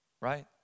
right